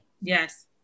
Yes